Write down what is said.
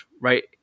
right